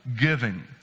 giving